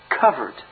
Covered